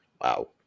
Wow